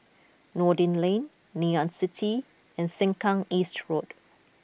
Noordin Lane Ngee Ann City and Sengkang East Road